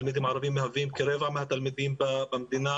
התלמידים הערבים הם כרבע מהתלמידים במדינה